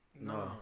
No